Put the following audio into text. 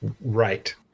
Right